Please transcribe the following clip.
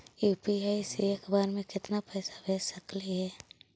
UPI से एक बार मे केतना पैसा भेज सकली हे?